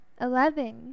eleven